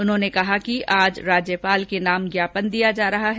उन्होंने कहा कि आज राज्यपाल के नाम का ज्ञापन दिया जा रहा है